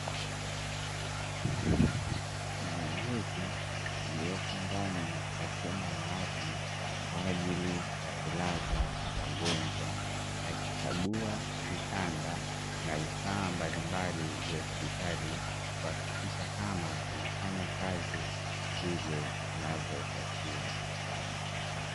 Muuguzi aliepo ndani ya chumba maalumu kwaajili ya kulaza wagonjwa, akikagua vitanda na vifaa mbalimbali vya hospitali kuhakikisha kama vinafanya kazi vile inavyotakiwa.